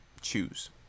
choose